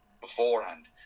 beforehand